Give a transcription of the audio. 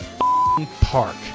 Park